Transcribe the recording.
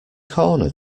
corner